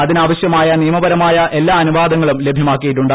അതിനാവശ്യമായ നിയമപരമായ എല്ലാ അനുവാദങ്ങളും ലഭ്യമാക്കിയിട്ടുണ്ട്